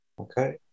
okay